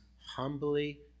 humbly